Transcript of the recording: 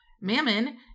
Mammon